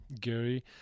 gary